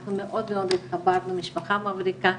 ואנחנו עברנו את המשפחה בבדיקה,